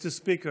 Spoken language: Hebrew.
Mr. Speaker,